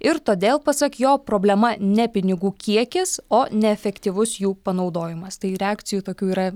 ir todėl pasak jo problema ne pinigų kiekis o neefektyvus jų panaudojimas tai reakcijų tokių yra